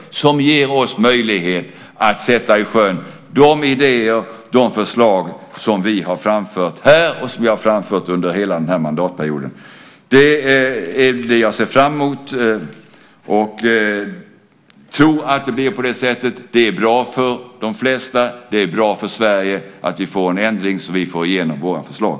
Det ger oss möjlighet att sätta i sjön de idéer och de förslag som vi har framfört här under hela den här mandatperioden. Jag ser fram emot det. Jag tror att det blir på det sättet. Det är bra för de flesta och det är bra för Sverige att vi får en ändring så att vi får igenom våra förslag.